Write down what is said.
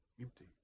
Empty